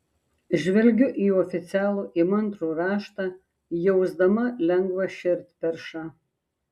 žvelgiu į oficialų įmantrų raštą jausdama lengvą širdperšą